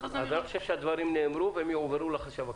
אז אני חושב שהדברים נאמרו והם יועברו לחשב הכלל.